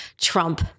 trump